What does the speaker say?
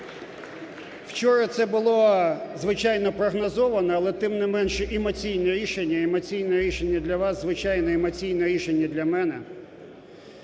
Вчора це було, звичайно, прогнозоване, але тим не менше емоційне рішення, емоційне рішення для вас, звичайно, емоційне рішення для мене.